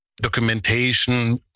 documentation